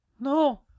No